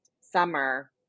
summer